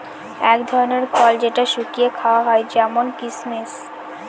এক ধরনের ফল যেটা শুকিয়ে খাওয়া হয় যেমন কিসমিস